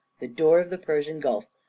the door of the persian gulf,